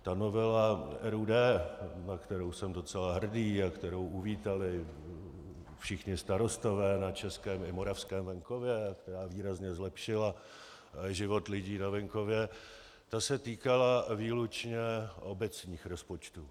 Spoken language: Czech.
Ta novela RUD, na kterou jsem docela hrdý a kterou uvítali všichni starostové na českém i moravském venkově, která výrazně zlepšila život lidí na venkově, ta se týkala výlučně obecních rozpočtů.